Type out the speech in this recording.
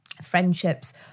friendships